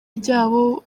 ryaho